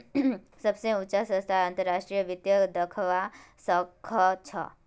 सबस उचा स्तरत अंतर्राष्ट्रीय वित्तक दखवा स ख छ